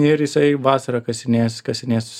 ir jisai vasarą kasinės kasinės